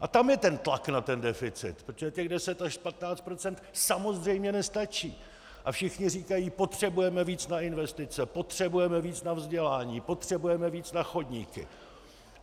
A tam je ten tlak na ten deficit, protože těch 10 až 15 % samozřejmě nestačí a všichni říkají: potřebujeme víc na investice, potřebujeme víc na vzdělání, potřebujeme víc na chodníky,